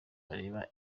bareba